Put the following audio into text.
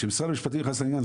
כאשר משרד המשפטים נכנס לעניין,